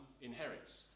inherits